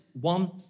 one